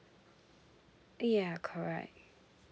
ya correct